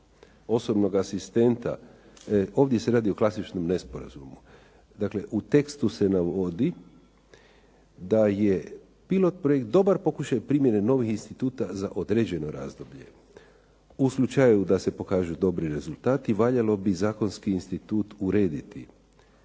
osobnog asistenta, ovdje se radi o klasičnom nesporazumu. Dakle, u tekstu se navodi da je pilot projekt dobar pokušaj primjene novih instituta za određeno razdoblje. U slučaju da se pokažu dobri rezultati, valjalo bi zakonski institut urediti.